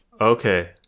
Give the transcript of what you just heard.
Okay